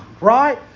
right